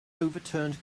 overturned